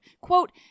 Quote